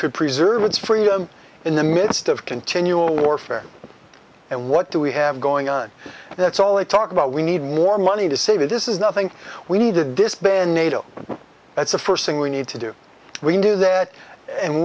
could preserve its freedom in the midst of continual warfare and what do we have going on and that's all they talk about we need more money to save it this is nothing we need to disband nato that's the first thing we need to do we do that and